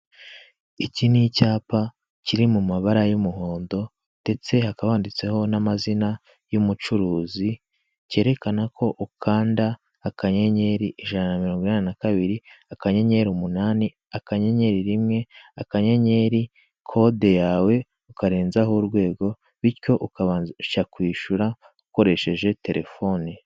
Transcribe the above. Iki ni icyapa kiri mu mabara y'umuhondo, ndetse hakaditseho n'amazina y'umucuruzi, cyerekana ko ukanda akanyenyeri ijana na mirongo inane na kabiri, akanyenyeri umunani, akanyeri rimwe, akanyenyeri kode yawe ukarenzaho urwego, bityo ukabasha kwishyura ukoresheje telefoni.